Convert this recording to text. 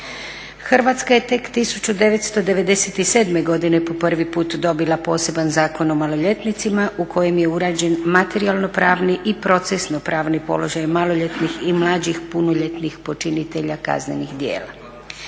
Hrvatska je tek 1997. godine po prvi put dobila poseban Zakon o maloljetnicima u kojem je uređen materijalno-pravni i procesno-pravni položaj maloljetnih i mlađih punoljetnih počinitelja kaznenih djela.